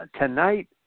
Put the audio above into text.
Tonight